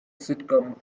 sitcom